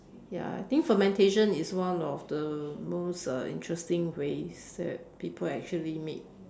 ya I think fermentation is one of the most uh interesting ways that people actually make